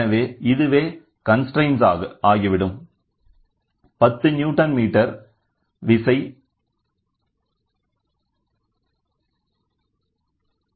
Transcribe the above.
எனவே இதுவே கன்ஸ்ரெய்ன்ட்